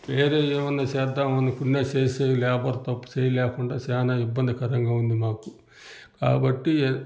వేరే ఏమన్నా చేద్దామనుకున్నా చేసే లేబర్ తప్ప చేయలేకుండా చాలా ఇబ్బందికరంగా ఉంది మాకు కాబట్టి